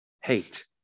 hate